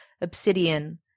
obsidian